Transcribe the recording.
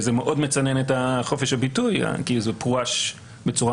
זה מאוד מצנן את חופש הביטוי כי זה פורש בצורה